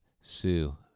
Sue